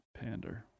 Pander